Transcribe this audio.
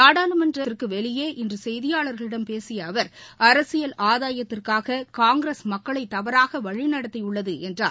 நாடாளுமன்றத்திற்கு வெளியே இன்று செய்தியாளர்களிடம் பேசிய அவர் அரசியல் ஆதாயத்திற்காக காங்கிரஸ் மக்களை தவறாக வழிநடத்தியுள்ளது என்றார்